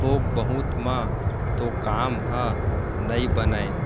थोक बहुत म तो काम ह नइ बनय